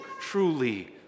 truly